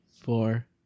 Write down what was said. Four